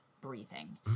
breathing